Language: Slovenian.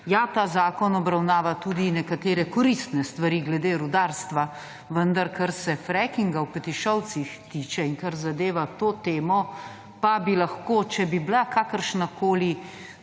Ja, ta zakon obravnava tudi nekatere koristne stvari glede rudarstva, vendar kar se frackinga v Petišovcih tiče in kar zadeva to temo pa bi lahko, če bi bila kakršnakoli